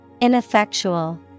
Ineffectual